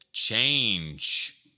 Change